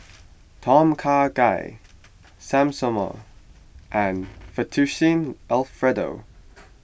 Tom Kha Gai Samosa and Fettuccine Alfredo